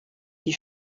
die